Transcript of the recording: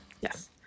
Yes